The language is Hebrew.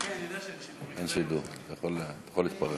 כבר שעתיים אני שומע פה שיעור תורה.